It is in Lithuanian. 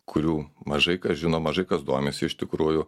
kurių mažai kas žino mažai kas domisi iš tikrųjų